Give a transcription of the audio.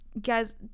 guys